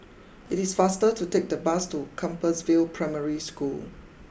it is faster to take the bus to Compassvale Primary School